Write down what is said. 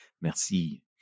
Merci